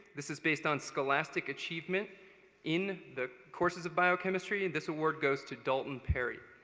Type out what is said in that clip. this is based on scholastic achievement in the courses of biochemistry. and this award goes to daulton perry.